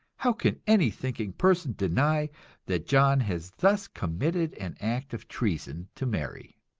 how can any thinking person deny that john has thus committed an act of treason to mary?